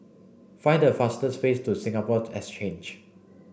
find the fastest way to Singapore Exchange